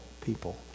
people